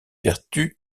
vertus